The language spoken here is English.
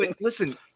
listen